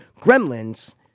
Gremlins